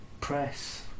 Press